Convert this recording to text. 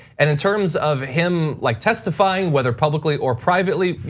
and in terms of him like testifying whether publicly or privately,